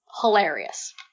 hilarious